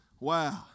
Wow